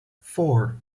four